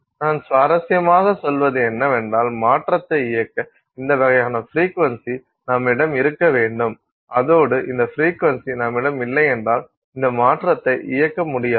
நான் சுவாரஸ்யமாக சொல்வது என்னவென்றால் மாற்றத்தை இயக்க இந்த வகையான ஃப்ரீக்வென்சி நம்மிடம் இருக்க வேண்டும் அதோடு இந்த ஃப்ரீக்வென்சி நம்மிடம் இல்லையென்றால் இந்த மாற்றத்தை இயக்க முடியாது